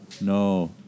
No